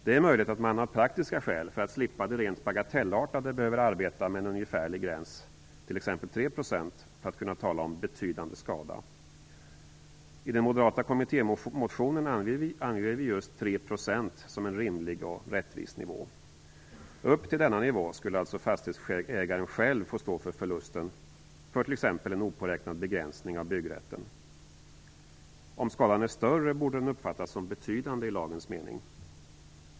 Det är möjligt att man av praktiska skäl, för att slippa det rent bagatellartade, behöver arbeta med en ungefärlig gräns, t.ex. 3 %, för att kunna tala om betydande skada. I den moderata kommittémotionen anger vi just 3 % som en rimlig och rättvis nivå. Upp till denna nivå skulle alltså fastighetsägaren själv få stå för förlusten för t.ex. en opåräknad begränsning av byggrätten. Om skadan är större borde den uppfattas som betydande i lagens mening.